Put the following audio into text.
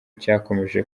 cyakomeje